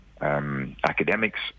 academics